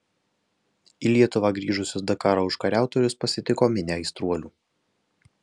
į lietuvą grįžusius dakaro užkariautojus pasitiko minia aistruolių